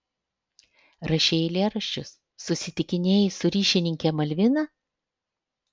rašei eilėraščius susitikinėjai su ryšininke malvina